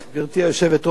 חברי חברי הכנסת,